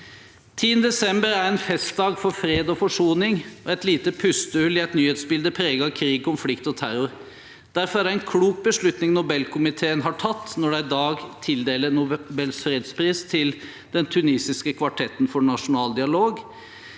10. desember er en festdag for fred og forsoning og et lite pustehull i et nyhetsbilde preget av krig, konflikt og terror. Derfor er det en klok beslutning Nobelkomiteen har tatt når de i dag tildeler Nobels fredspris til den tunisiske Kvartetten for nasjonal dialog.